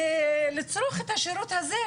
לצרוך את השירות הזה.